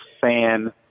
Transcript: fan